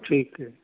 ਠੀਕ ਐ